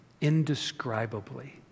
Indescribably